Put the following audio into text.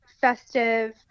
festive